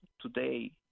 today